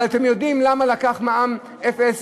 אבל אתם יודעים למה מע"מ אפס